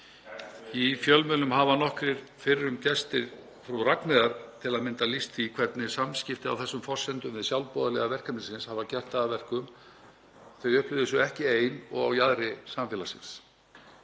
Í fjölmiðlum hafa nokkrir fyrrum gestir Frú Ragnheiðar til að mynda lýst því hvernig samskipti á þessum forsendum við sjálfboðaliða verkefnisins hafa gert það að verkum að þau upplifðu sig ekki ein og á jaðri samfélagsins